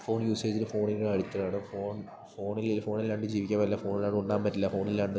phone യൂസേജിലും ഫോണിനും അഡിക്റ്റടാണ് ഫോണില് ഫോണില്ലാണ്ട് ജീവിക്കാൻ പറ്റില്ല ഫോണില്ലാണ്ട് ഉണ്ണാൻ പറ്റില്ല ഫോണില്ലാണ്ട്